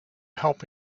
help